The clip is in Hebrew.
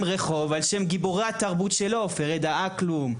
רחוב על שם גיבורי התרבות שלו פרדה אקלום,